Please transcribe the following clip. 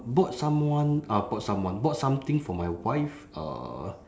bought someone uh bought someone bought something for my wife uh